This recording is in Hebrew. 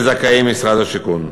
זכאי משרד השיכון.